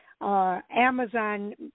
Amazon